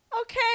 okay